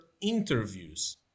interviews